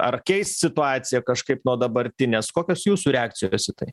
ar keist situaciją kažkaip nuo dabartinės kokios jūsų reakcijos į tai